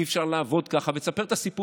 ואי-אפשר לעבוד ככה,